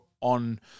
on